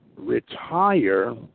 retire